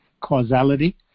causality